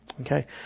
Okay